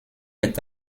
est